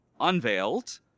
unveiled